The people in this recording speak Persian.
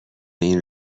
این